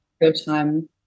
real-time